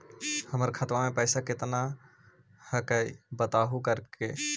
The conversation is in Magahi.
हमर खतवा में पैसा कितना हकाई बताहो करने?